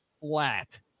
flat